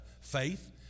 faith